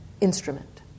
instrument